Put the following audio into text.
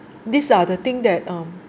these are the thing that um